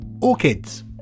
Orchids